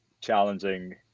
challenging